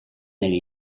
nelle